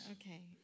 Okay